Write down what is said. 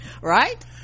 right